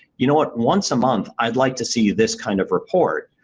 you know what, once a month i'd like to see this kind of report,